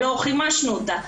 לא חימשנו אותה.